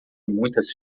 muitas